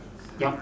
your